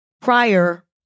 prior